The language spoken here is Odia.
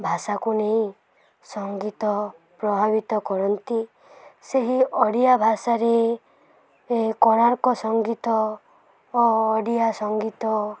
ଭାଷାକୁ ନେଇ ସଙ୍ଗୀତ ପ୍ରଭାବିତ କରନ୍ତି ସେହି ଓଡ଼ିଆ ଭାଷାରେ କୋଣାର୍କ ସଙ୍ଗୀତ ଓ ଓଡ଼ିଆ ସଙ୍ଗୀତ